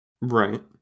Right